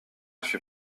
fut